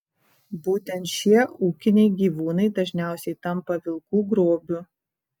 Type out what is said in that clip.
būtent šie ūkiniai gyvūnai dažniausiai tampa vilkų grobiu